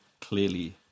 clearly